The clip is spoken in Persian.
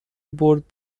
برد